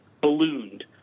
ballooned